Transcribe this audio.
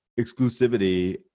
exclusivity